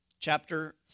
Chapter